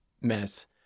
mess